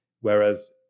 whereas